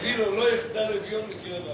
תגיד לו: לא יחדל אביון מקרב הארץ.